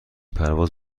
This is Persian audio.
پرواز